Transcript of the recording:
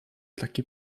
taki